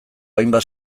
hainbat